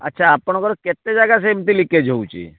ଆଚ୍ଛା ଆପଣଙ୍କର କେତେ ଜାଗା ସେମିତି ଲିକେଜ୍ ହେଉଛି